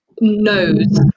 knows